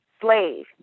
slave